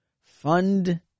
Fund